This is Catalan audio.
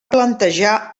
plantejar